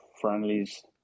friendlies